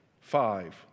five